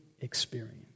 experience